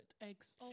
eggs